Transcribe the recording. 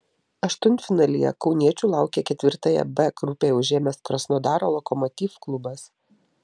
aštuntfinalyje kauniečių laukia ketvirtąją vietą b grupėje užėmęs krasnodaro lokomotiv klubas